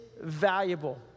valuable